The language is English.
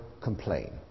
complain